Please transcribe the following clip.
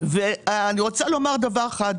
אני רוצה לומר דבר אחד.